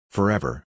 Forever